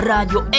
Radio